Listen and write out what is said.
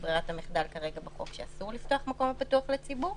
ברירת המחדל כרגע בחוק שאסור לפתוח מקום הפתוח לציבור.